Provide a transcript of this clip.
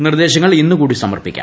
നിർദ്ദേശങ്ങൾ ഇന്ന് കൂടി സമർപ്പിക്കാം